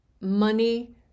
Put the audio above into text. money